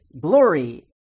Glory